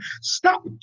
Stop